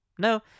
No